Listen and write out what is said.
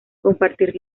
compartir